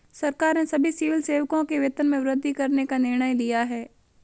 सरकार ने सभी सिविल सेवकों के वेतन में वृद्धि करने का निर्णय लिया है